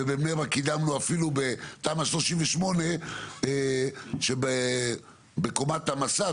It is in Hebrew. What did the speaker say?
ובבני ברק קידמנו אפילו בתמ"א 38 שבקומת המשא,